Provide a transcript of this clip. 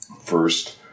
first